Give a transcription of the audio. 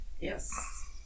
yes